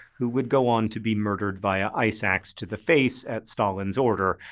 who would go on to be murdered via ice axe to the face at stalin's order.